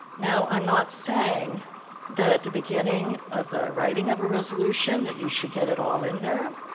now, i'm not saying that at the beginning of the writing of a resolution that you should get it all in there.